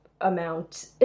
amount